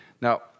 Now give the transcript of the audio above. Now